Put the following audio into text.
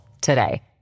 today